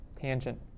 tangent